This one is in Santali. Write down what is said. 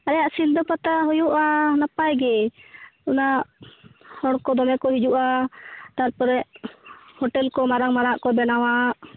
ᱟᱞᱮᱭᱟᱜ ᱥᱤᱞᱫᱟᱹ ᱯᱟᱛᱟ ᱦᱩᱭᱩᱜᱼᱟ ᱱᱟᱯᱟᱭ ᱜᱮ ᱚᱱᱟ ᱦᱚᱲ ᱠᱚ ᱫᱚᱢᱮ ᱠᱚ ᱦᱤᱡᱩᱜᱼᱟ ᱛᱟᱨᱯᱚᱨᱮ ᱦᱳᱴᱮᱞ ᱠᱚ ᱢᱟᱨᱟᱝ ᱢᱟᱨᱟᱝᱟᱜ ᱠᱚ ᱵᱮᱱᱟᱣᱟ